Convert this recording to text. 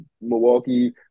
Milwaukee